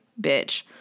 Bitch